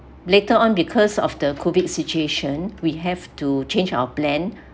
later on because of the COVID situation we have to change our plan